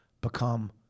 become